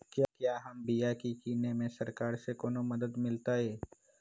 क्या हम बिया की किने में सरकार से कोनो मदद मिलतई?